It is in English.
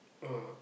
uh